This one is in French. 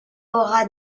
aura